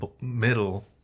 middle